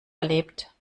erlebt